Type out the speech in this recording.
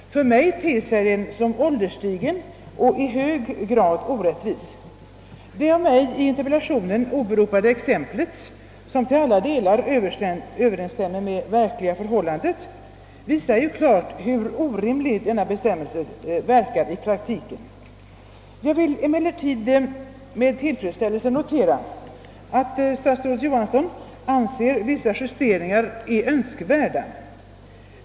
För mig ter den sig som ålderstigen och i hög grad orättvis. Det av mig i interpellationen åberopade exemplet, som till alla delar överensstämmer med verkliga förhållandet, visar ju klart hur orimligt denna bestämmelse verkar i praktiken. Jag vill emellertid med tillfredsställelse notera att statsrådet Johansson anser att vissa justeringar är önskvärda.